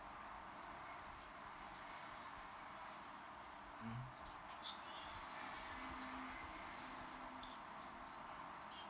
mm